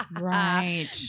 right